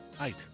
Eight